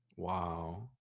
wow